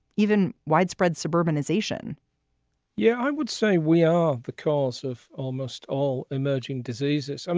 even widespread suburbanization yeah, i would say we are the cause of almost all emerging diseases. and